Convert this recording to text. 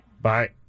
bye